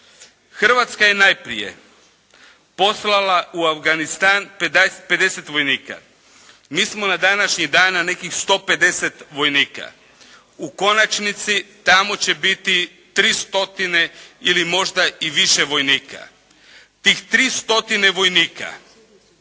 Hrvatska je najprije poslala u Afganistan 50 vojnika. Mi smo na današnji dan nekih 150 vojnika. U konačnici tamo će biti 3 stotine ili možda i više vojnika. Tih 3 stotine